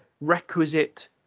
requisite